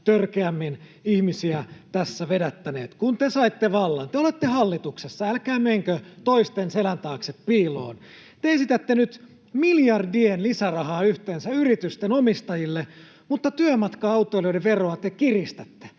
törkeämmin ihmisiä tässä vedättäneet. Kun te saitte vallan, te olette hallituksessa, älkää menkö toisten selän taakse piiloon. Te esitätte nyt miljardien lisärahaa yhteensä yritysten omistajille, mutta työmatka-autoilijoiden veroa te kiristätte.